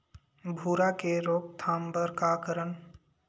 भूरा के रोकथाम बर का करन?